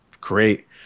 great